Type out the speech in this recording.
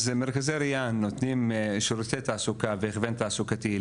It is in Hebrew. אז מרכזי ריאן נותנים שרותי תעסוקה והכוון תעסוקתי,